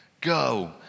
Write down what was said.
go